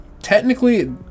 Technically